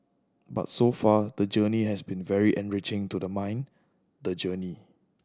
but so far the journey has been very enriching to the mind the journey